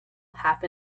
half